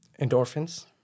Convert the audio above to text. endorphins